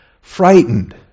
Frightened